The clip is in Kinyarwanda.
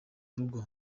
rugo